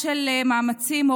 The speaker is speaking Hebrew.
ממשיכים בסדר-היום.